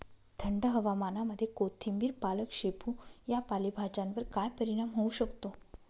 थंड हवामानामध्ये कोथिंबिर, पालक, शेपू या पालेभाज्यांवर काय परिणाम होऊ शकतो?